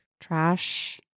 trash